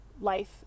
life